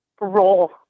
role